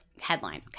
Headline